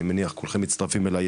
אני מניח שכולכם מצטרפים אלי,